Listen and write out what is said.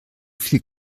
viel